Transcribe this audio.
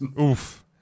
Oof